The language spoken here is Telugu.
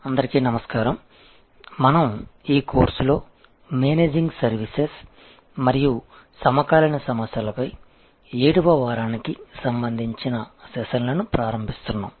అందరికీ నమస్కారం మనం ఈ కోర్సులో మేనేజింగ్ సర్వీసెస్ మరియు సమకాలీన సమస్యలపై 7 వ వారానికి సంబంధించిన సెషన్లను ప్రారంభిస్తున్నాము